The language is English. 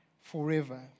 forever